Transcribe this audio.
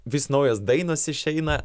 vis naujos dainos išeina